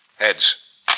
Heads